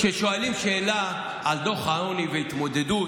כששואלים שאלה על דוח העוני והתמודדות,